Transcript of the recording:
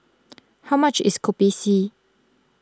how much is Kopi C